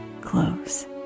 close